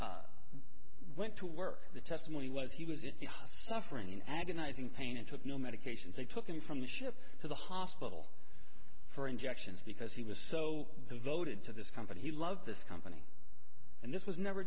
went to work the testimony was he was it suffering in agonizing pain and took no medications they took him from the ship to the hospital for injections because he was so devoted to this company he loved this company and this was never